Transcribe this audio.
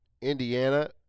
Indiana